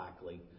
likely